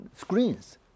screens